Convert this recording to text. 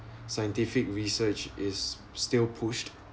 scientific research is still pushed